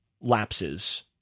lapses